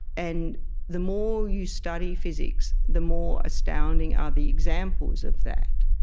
and the more you study physics, the more astounding are the examples of that,